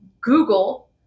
Google